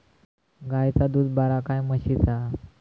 गायचा दूध बरा काय म्हशीचा?